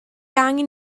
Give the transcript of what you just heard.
angen